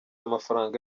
amafaranga